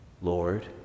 Lord